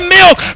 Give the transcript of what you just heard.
milk